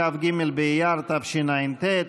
כ"ג באייר תשע"ט,